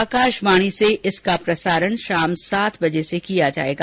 आकाशवाणी से इसका प्रसारण शाम सात बजे से किया जायेगा